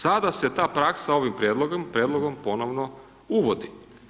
Sada se ta praksa ovim prijedlogom ponovno uvodi.